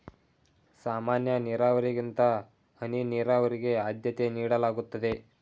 ಸಾಮಾನ್ಯ ನೀರಾವರಿಗಿಂತ ಹನಿ ನೀರಾವರಿಗೆ ಆದ್ಯತೆ ನೀಡಲಾಗುತ್ತದೆ